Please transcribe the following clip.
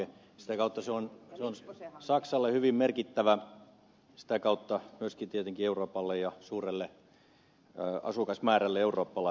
sitä kautta se on saksalle hyvin merkittävä sitä kautta myöskin tietenkin euroopalle ja suurelle asukasmäärälle eurooppalaisia